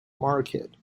market